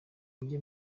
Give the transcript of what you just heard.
mujye